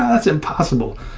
that's impossible.